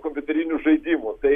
kompiuterinių žaidimų tai